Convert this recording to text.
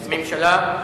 הממשלה.